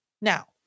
Now